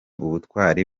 ubutwari